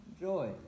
joy